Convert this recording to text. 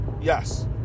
Yes